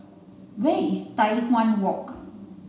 where is Tai Hwan Walk